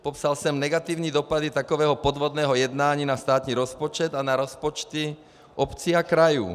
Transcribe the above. Popsal jsem negativní dopady takového podvodného jednání na státní rozpočet a na rozpočty obcí a krajů.